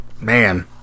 Man